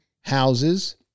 houses